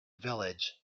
village